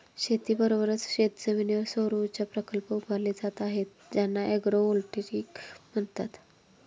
शेतीबरोबरच शेतजमिनीवर सौरऊर्जा प्रकल्प उभारले जात आहेत ज्यांना ॲग्रोव्होल्टेईक म्हणतात